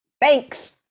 Thanks